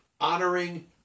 honoring